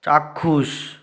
চাক্ষুষ